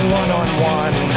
one-on-one